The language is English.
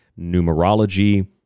numerology